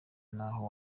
n’aho